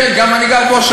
כן, גם אני גר בהושעיה.